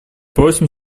просим